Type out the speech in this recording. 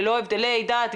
ללא הבדלי דת,